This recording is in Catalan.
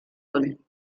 ull